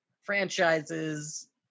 franchises